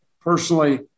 personally